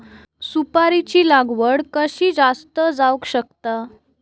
सुपारीची लागवड कशी जास्त जावक शकता?